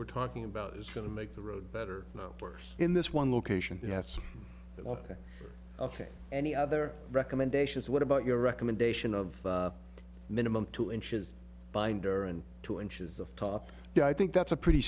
we're talking about is going to make the road better or worse in this one location yes ok ok any other recommendations what about your recommendation of minimum two inches binder and two inches of top i think that's a pretty